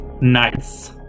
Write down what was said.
nice